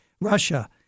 Russia